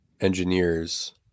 engineers